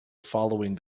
following